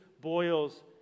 boils